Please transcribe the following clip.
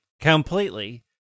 completely